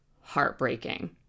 heartbreaking